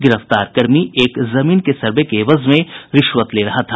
गिरफ्तार कर्मी एक जमीन के सर्वे के एवज में रिश्वत ले रहा था